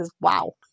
wow